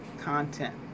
content